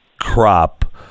crop